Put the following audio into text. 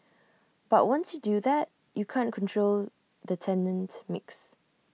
but once you do that you can't control the tenant mix